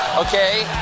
Okay